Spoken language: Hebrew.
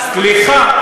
סליחה,